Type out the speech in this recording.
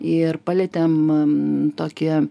ir palietėm tokią